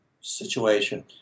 situation